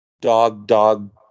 dog-dog